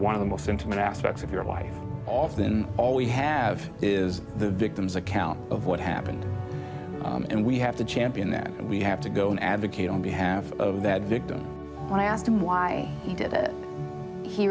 one of the most intimate aspects of your life off then all we have is the victim's account of what happened and we have to champion that we have to go an advocate on behalf of that victim and i asked him why he did it he